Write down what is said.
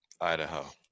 Idaho